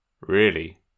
Really